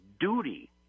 duty